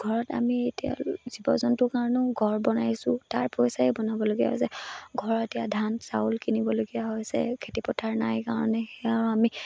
ঘৰত আমি এতিয়া জীৱ জন্তুৰ কাৰণেও ঘৰ বনাইছোঁ তাৰ পইচাই বনাবলগীয়া হৈছে ঘৰত এতিয়া ধান চাউল কিনিবলগীয়া হৈছে খেতি পথাৰ নাই কাৰণে সেয়াও আমি